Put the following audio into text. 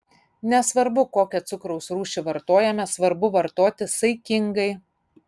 nesvarbu kokią cukraus rūšį vartojame svarbu vartoti saikingai